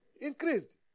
Increased